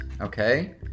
Okay